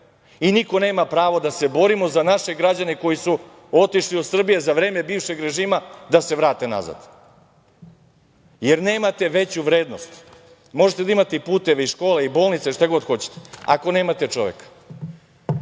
i niko nema pravo da se borimo za naše građane koji su otišli iz Srbije za vreme bivšeg režima, da se vrate nazad. Jer, nemate veću vrednost, možete da imate puteve, škole i bolnice, šta god hoćete ako nemate čoveka. Čovek